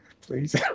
please